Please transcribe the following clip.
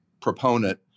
proponent